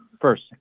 first